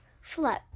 float